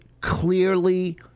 clearly